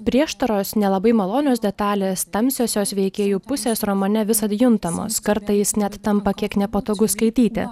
prieštaros nelabai malonios detalės tamsiosios veikėjų pusės romane visad juntamos kartais net tampa kiek nepatogu skaityti